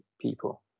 people